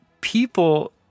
people